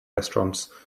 restaurants